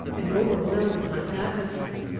and overwhelmed my faculties.